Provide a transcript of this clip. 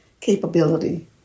capability